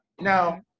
Now